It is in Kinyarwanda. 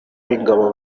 b’ingabo